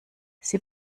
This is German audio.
sie